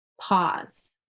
pause